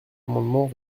amendement